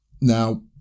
Now